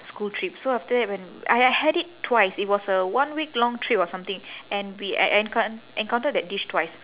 school trip so after that when I had it twice it was a one week long trip or something and we en~ encount~ encounter that dish twice